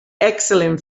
excellent